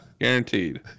Guaranteed